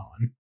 on